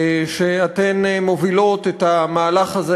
שאתן מובילות את המהלך הזה.